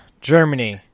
Germany